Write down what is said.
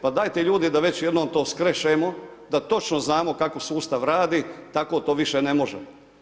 Pa dajte ljudi da već jednom to skrešemo, da točno znamo kako sustav radi, tako to više ne može.